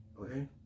Okay